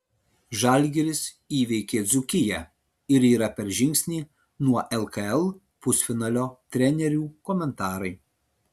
žalgiris įveikė dzūkiją ir yra per žingsnį nuo lkl pusfinalio trenerių komentarai